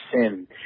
sin